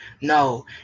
no